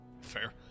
Fair